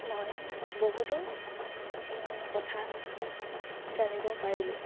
মই বহুতো কথা জানিব পাৰিলোঁ